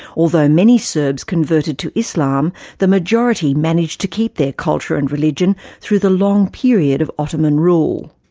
although many serbs converted to islam, the majority managed to keep their culture and religion through the long period of ottoman rule.